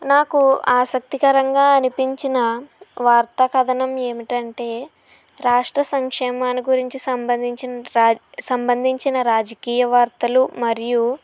నాకు ఆసక్తికరంగా అనిపించిన వార్త కథనం ఏమిటంటే రాష్ట్ర సంక్షేమం గురించి సంబంధించిన రా సంబంధించిన రాజకీయ వార్తలు మరియు